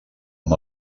amb